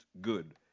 good